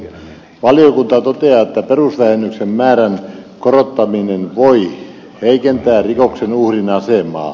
valiokunta toteaa että perusvähennyksen määrän korottaminen voi heikentää rikoksen uhrin asemaa